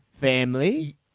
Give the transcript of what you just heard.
family